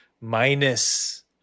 minus